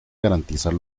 garantizar